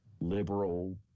liberal